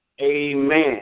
Amen